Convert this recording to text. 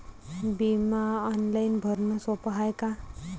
बिमा ऑनलाईन भरनं सोप हाय का?